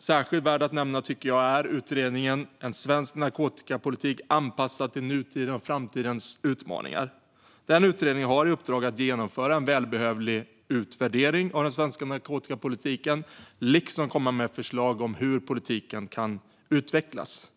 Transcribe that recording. Särskilt värd att nämna är utredningen om en svensk narkotikapolitik anpassad till nutidens och framtidens utmaningar. Den utredningen har i uppdrag att genomföra en välbehövlig utvärdering av den svenska narkotikapolitiken liksom att komma med förslag om hur politiken kan utvecklas.